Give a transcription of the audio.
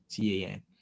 TAN